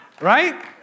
Right